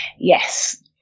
yes